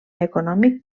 econòmic